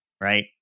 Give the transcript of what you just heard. Right